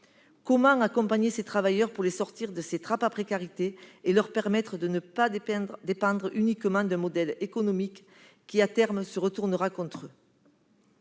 Comment accompagner ces travailleurs, pour les sortir de ces « trappes à précarité », et leur permettre de ne pas dépendre uniquement d'un modèle économique qui, à terme, se retournera contre eux ?